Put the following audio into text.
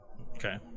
Okay